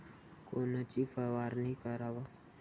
कोनची फवारणी कराव?